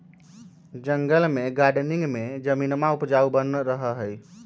जंगल में गार्डनिंग में जमीनवा उपजाऊ बन रहा हई